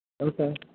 Okay